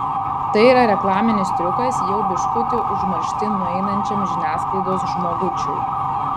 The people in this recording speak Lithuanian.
tai yra reklaminis triukas jau biškutį užmarštin nueinančiam žiniasklaidos žmogučiui